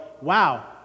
Wow